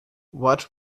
what